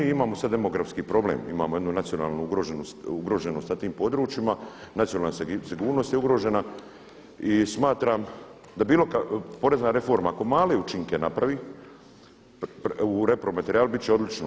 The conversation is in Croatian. I imamo sada demografski problem, imamo jednu nacionalnu ugroženost na tim područjima, nacionalna sigurnost je ugrožena i smatram da, porezna reforma ako male učinke napravi u repromaterijalu biti će odlično.